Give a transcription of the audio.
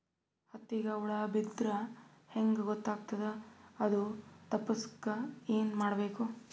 ಹತ್ತಿಗ ಹುಳ ಬಿದ್ದ್ರಾ ಹೆಂಗ್ ಗೊತ್ತಾಗ್ತದ ಅದು ತಪ್ಪಸಕ್ಕ್ ಏನ್ ಮಾಡಬೇಕು?